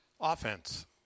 Offense